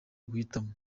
guhitamo